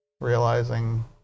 realizing